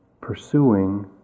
pursuing